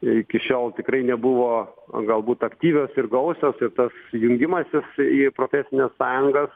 iki šiol tikrai nebuvo galbūt aktyvios ir gausios ir tas jungimasis į profesines sąjungas